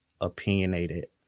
opinionated